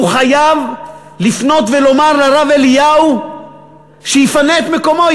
הוא חייב לפנות ולומר לרב אליהו שיפנה את מקומו,